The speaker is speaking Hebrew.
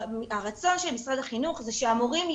הרצון של משרד החינוך הוא שהמורים ימליצו,